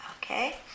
Okay